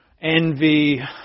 envy